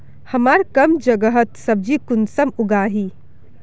हमार कम जगहत सब्जी कुंसम उगाही?